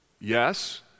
yes